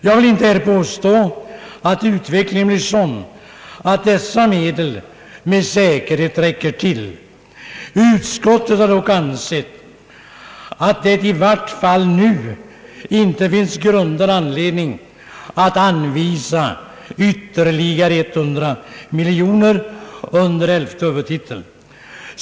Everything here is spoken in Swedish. Jag vill inte här påstå att utvecklingen kommer att bli sådan att dessa medel med säkerhet räcker till. Utskottet har dock ansett att det i vart fall nu inte finns grundad anledning att anvisa ytterligare 100 miljoner kronor under 11:e huvudtiteln.